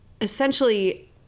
essentially